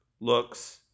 looks